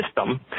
system